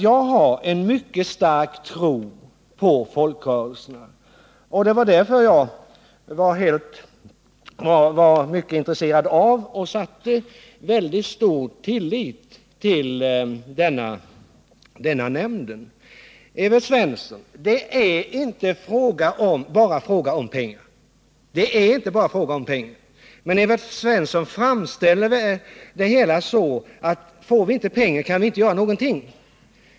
Jag har en mycket stark tro på folkrörelserna, och det var därför som jag var mycket intresserad av — och satte stor tillit till — denna nämnd. Det är inte bara fråga om pengar. Men Evert Svensson framställer det hela så, att får vi inte pengar, kan vi inte göra någonting.